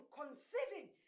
conceiving